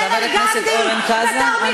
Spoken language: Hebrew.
חבר הכנסת אורן חזן,